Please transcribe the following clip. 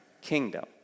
kingdom